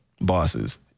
bosses